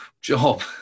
job